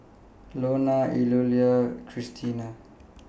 Lonna Eulalia and Christena